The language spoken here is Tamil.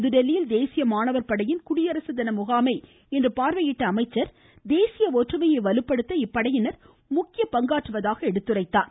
புதுதில்லியில் தேசிய மாணவர் படையின் குடியரசு தின முகாமை இன்று பார்வையிட்ட அவர் தேசிய ஒற்றுமையை வலுப்படுத்த இப்படையினர் முக்கிய பங்காற்றுவதாக எடுத்துரைத்தார்